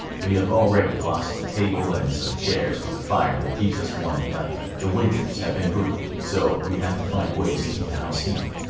we have already lost a table and some chairs to the fire that keeps us warm at night. the winters have been brutal, so we have to find ways to keep the house heated.